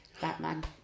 Batman